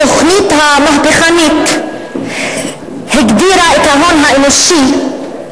התוכנית ה"מהפכנית" הגדירה את ההון האנושי,